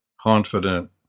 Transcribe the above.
confident